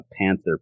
panther